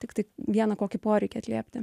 tiktai vieną kokį poreikį atliepti